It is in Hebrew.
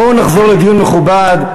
בואו נחזור לדיון מכובד.